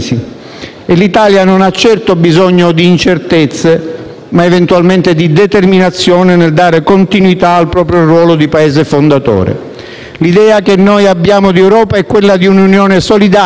L'Italia non ha certo bisogno di incertezze, ma eventualmente di determinazione nel dare continuità al proprio ruolo di Paese fondatore. L'idea che noi abbiamo di Europa è quella di un'Unione solidale,